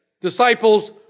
Disciples